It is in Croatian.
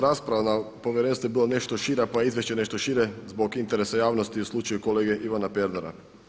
Rasprava na Povjerenstvu je bila nešto šira, pa je izvješće nešto šire zbog interesa javnosti u slučaju kolege Ivana Pernara.